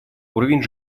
уровень